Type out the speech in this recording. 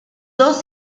dos